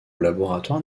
laboratoire